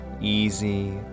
easy